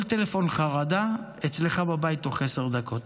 כל טלפון, חרדה, אצלך בבית בתוך עשר דקות.